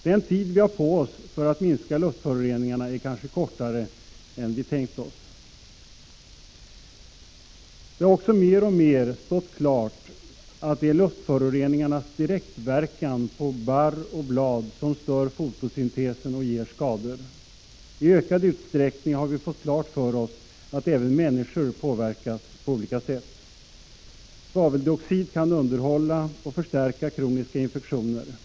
Den tid vi har på oss för att minska luftföroreningarna är kanske kortare än vi tänkt oss. Det har också mer och mer stått klart att det är luftföroreningarnas direktverkan på barr och blad som stör fotosyntesen och ger skador. I ökad utsträckning har vi också fått klart för oss att även människor påverkas på olika sätt. Svaveldioxid kan underhålla och förstärka kroniska infektioner.